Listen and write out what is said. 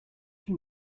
you